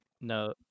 No